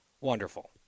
wonderful